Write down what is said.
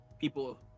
people